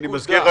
אני מסביר לך,